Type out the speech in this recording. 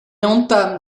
entame